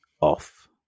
off